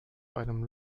einem